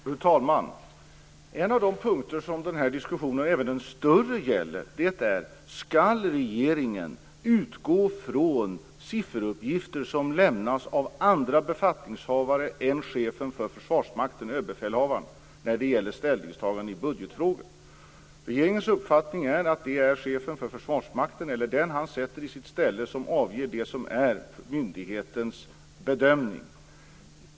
Fru talman! En av de punkter som den här och även den större diskussionen gäller är: Skall regeringen utgå från sifferuppgifter som lämnas av andra befattningshavare än chefen för Försvarsmakten, överbefälhavaren, när det gäller ställningstagande i budgetfrågor? Regeringens uppfattning är att det är chefen för Försvarsmakten eller den som han sätter i sitt ställe som avger det som är myndighetens bedömning.